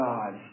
God